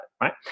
right